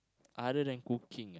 other than cooking ah